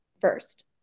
first